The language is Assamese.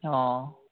অঁ